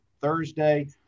thursday